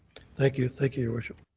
thank you. thank you, your worship.